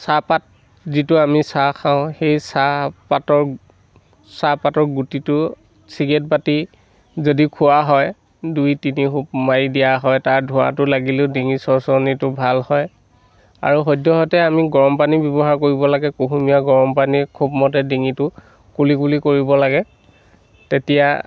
চাহপাত যিটো আমি চাহ খাওঁ সেই চাহপাতৰ চাহপাতৰ গুটিটো চিগেট পাতি যদি খোৱা হয় দুই তিনি হোপ মাৰি দিয়া হয় তাৰ ধোঁৱাটো লাগিলেও ডিঙিৰ চৰ্চৰণিটো ভাল হয় আৰু সদ্যহতে আমি গৰম পানী ব্যৱহাৰ কৰিব লাগে কুহুমীয়া গৰম পানীয়ে খুব মতে ডিঙিটো কুলি কুলি কৰিব লাগে তেতিয়া